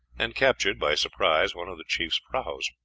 and captured by surprise one of the chief's prahus.